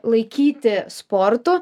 laikyti sportu